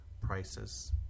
prices